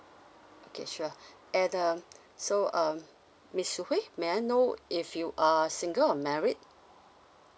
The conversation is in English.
okay sure and um so um miss shu hwei may I know if you are single or married